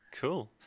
Cool